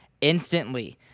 instantly